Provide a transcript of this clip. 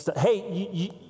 hey